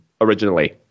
originally